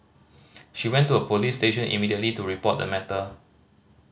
she went to a police station immediately to report the matter